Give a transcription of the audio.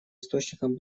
источником